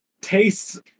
tastes